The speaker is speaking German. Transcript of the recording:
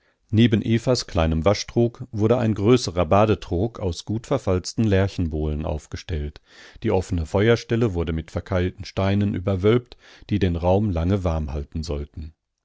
neben evas kleinem waschtrog wurde ein größerer badetrog aus gut verfalzten lärchenbohlen aufgestellt die offene feuerstelle wurde mit verkeilten steinen überwölbt die den raum lange warmhalten sollten